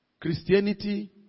Christianity